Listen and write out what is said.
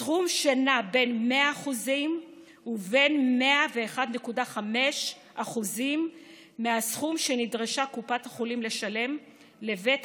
סכום שנע בין 100% ובין 101.5% מהסכום שנדרשה קופת החולים לשלם לבית